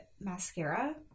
mascara